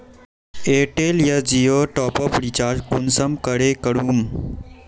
Airtel या जियोर top up recharge कुंसम करे करूम?